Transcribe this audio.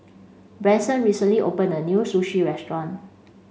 Branson recently opened a new Sushi restaurant